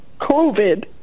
COVID